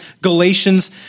Galatians